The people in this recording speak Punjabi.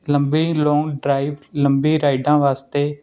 ਲੰਬੀ ਲੋਂਗ ਡਰਾਈਵ ਲੰਬੀ ਰਾਈਡਾਂ ਵਾਸਤੇ